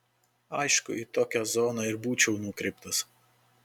aišku į tokią zoną ir būčiau nukreiptas